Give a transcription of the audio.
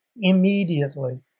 immediately